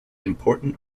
important